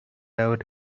have